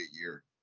year